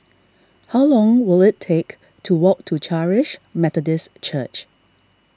how long will it take to walk to Charis Methodist Church